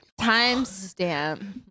Timestamp